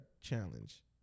challenge